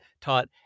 taught